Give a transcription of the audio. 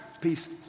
peace